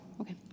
okay